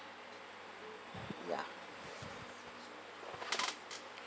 ya